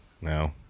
No